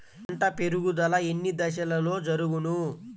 పంట పెరుగుదల ఎన్ని దశలలో జరుగును?